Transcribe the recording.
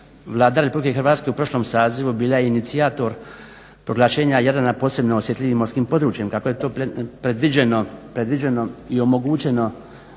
Vlada Republike Hrvatske u prošlom sazivu bila je inicijator proglašenja Jadrana posebno osjetljivim morskim područjem kako je to predviđeno i omogućeno